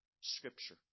Scripture